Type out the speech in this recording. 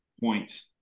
point